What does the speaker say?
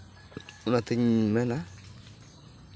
ᱚᱱᱟᱛᱤᱧ ᱢᱮᱱᱟ